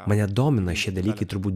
mane domina šie dalykai turbūt